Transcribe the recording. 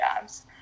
jobs